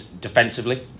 defensively